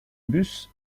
bus